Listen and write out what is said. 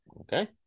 Okay